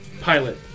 pilot